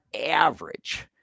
average